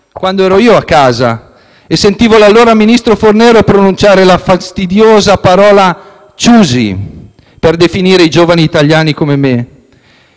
quando ero io a stare casa a sentire l'allora ministro Fornero pronunciare la fastidiosa parola *choosy*, per definire i giovani italiani come me.